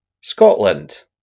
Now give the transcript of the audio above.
Scotland